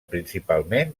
principalment